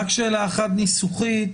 רק שאלה אחת ניסוחית,